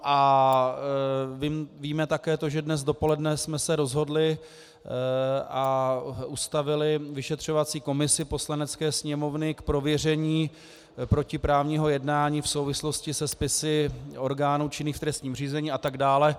A víme také to, že dnes dopoledne jsme se rozhodli a ustavili vyšetřovací komisi Poslanecké sněmovny k prověření protiprávního jednání v souvislosti se spisy orgánů činných v trestním řízení atd.